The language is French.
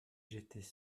j’étais